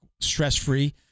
stress-free